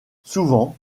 souvent